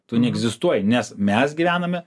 tu neegzistuoji nes mes gyvename